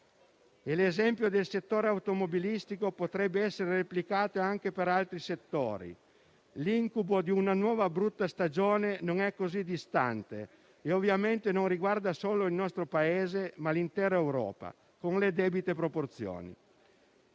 L'esempio del settore automobilistico potrebbe essere replicato anche per altri settori. L'incubo di una nuova brutta stagione non è così distante e ovviamente non riguarda solo il nostro Paese, ma l'intera Europa con le debite proporzioni.